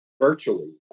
virtually